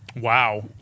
Wow